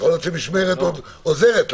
יכול להיות שמשמרת עוד עוזרת לכם.